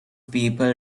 people